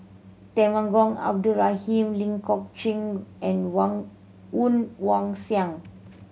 Temenggong Abdul Rahman Ling Geok Choon and wong Woon Wah Siang